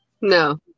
No